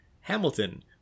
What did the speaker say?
Hamilton